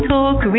Talk